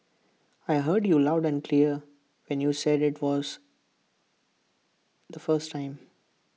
I heard you loud and clear when you said IT was the first time